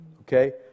okay